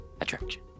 Attraction